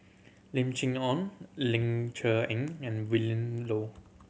Lim Chee Onn Ling Cher Eng and Willin Low